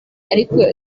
ariko